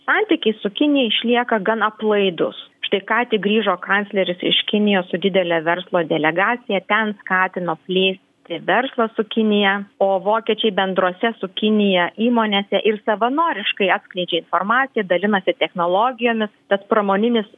santykiai su kinija išlieka gan aplaidūs štai ką tik grįžo kancleris iš kinijos su didele verslo delegacija ten skatino plėsti verslą su kinija o vokiečiai bendrose su kinija įmonėse ir savanoriškai atskleidžia informaciją dalinasi technologijomis tas pramoninis